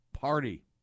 Party